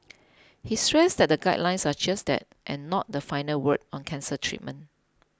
he stressed that the guidelines are just that and not the final word on cancer treatment